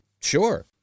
Sure